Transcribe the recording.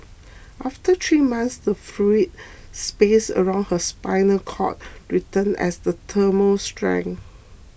after three months the fluid space around her spinal cord returned as the tumour shrank